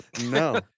No